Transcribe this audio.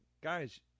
guys